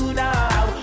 now